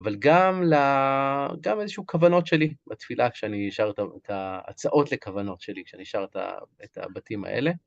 אבל גם איזשהו כוונות שלי בתפילה, כשאני שר את ההצעות לכוונות שלי, כשאני שר את הבתים האלה.